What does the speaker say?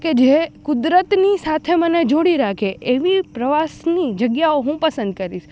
કે જે કુદરતની સાથે મને જોડી રાખે એવી પ્રવાસની જગ્યાઓ હું પસંદ કરીશ